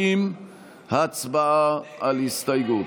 90. הצבעה על הסתייגות.